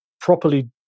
properly